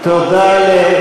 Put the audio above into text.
מנדטים.